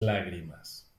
lágrimas